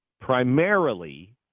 primarily